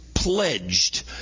Pledged